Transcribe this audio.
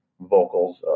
vocals